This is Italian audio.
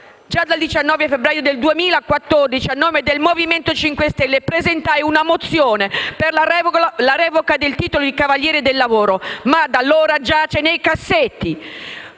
Già dal 19 febbraio 2014, a nome del Movimento 5 Stelle, presentai una mozione per la revoca del titolo di cavaliere del lavoro, ma da allora giace nei cassetti.